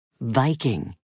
Viking